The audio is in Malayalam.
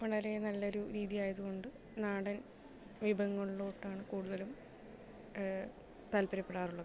വളരേ നല്ലൊരു രീതിയായതുകൊണ്ട് നാടൻ വിഭവങ്ങളിലോട്ടാണ് കൂടുതലും താത്പര്യപ്പെടാറുള്ളത്